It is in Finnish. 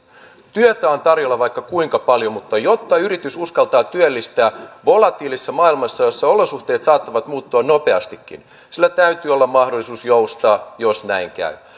työtä on tarjolla vaikka kuinka paljon mutta jotta yritys uskaltaa työllistää volatiilissa maailmassa jossa olosuhteet saattavat muuttua nopeastikin sillä täytyy olla mahdollisuus joustaa jos näin käy